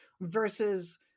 versus